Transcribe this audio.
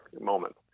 moment